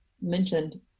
mentioned